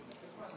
איפה השר?